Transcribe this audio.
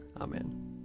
Amen